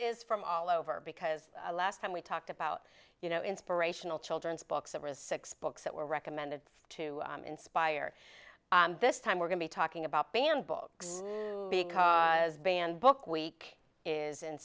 is from all over because last time we talked about you know inspirational children's books it was six books that were recommended to inspire this time we're going to be talking about banned books because banned books week is in